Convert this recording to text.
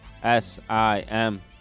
S-I-M